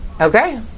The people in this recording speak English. Okay